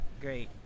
great